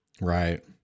Right